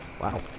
Wow